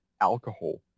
alcohol